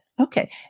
Okay